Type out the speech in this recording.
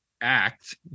act